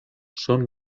son